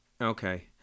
Okay